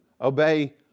Obey